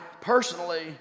personally